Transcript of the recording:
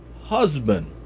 husband